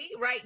Right